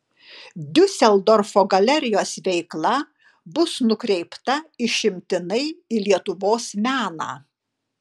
diuseldorfo galerijos veikla bus nukreipta išimtinai į lietuvos meną